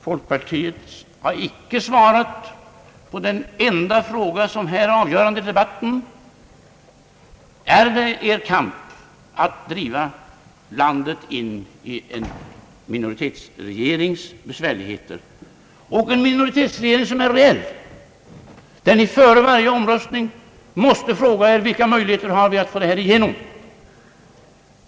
Folkpartiet har inte svarat på den enda fråga som är avgörande i debatten: är det er kamp att driva landet in i en minoritetsregerings besvärligheter? Det gäller en minoritetsregering som är rädd — före varje omröstning måste ni fråga er, vilka möjligheter ni har att få igenom förslaget.